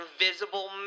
invisible